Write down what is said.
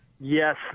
yes